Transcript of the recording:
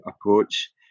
approach